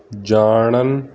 ਜਣਨ